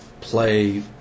play